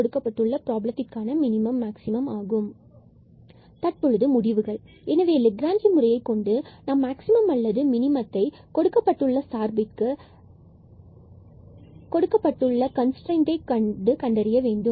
கொடுக்கப்பட்டுள்ள பிராபலத்திற்கு மேக்ஸிமம் மதிப்பு 45 ஆகும் எனவே லெக்ராஞ்சி முறையை கொண்டு நாம் மேக்ஸிமம் அல்லது மினிமத்தை கொடுக்கப்பட்டுள்ள சார்புக்கு fxy மற்றும் கொடுக்கப்பட்டுள்ள கன்ஸ்ரைன்ட் க்கு கண்டறிய வேண்டும்